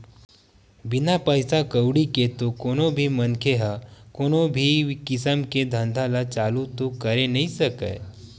बिना पइसा कउड़ी के तो कोनो भी मनखे ह कोनो भी किसम के धंधा ल चालू तो करे नइ सकय